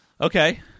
Okay